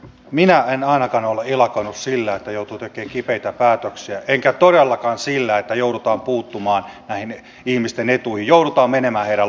minä en ainakaan ole ilakoinut sillä että joutuu tekemään kipeitä päätöksiä enkä todellakaan sillä että joudutaan puuttumaan näihin ihmisten etuihin joudutaan menemään heidän lompakolleen